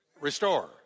Restore